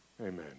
amen